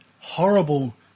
Horrible